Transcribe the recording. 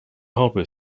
hardware